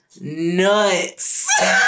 nuts